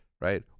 right